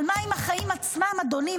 אבל מה עם החיים עצמם, אדוני?